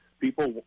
people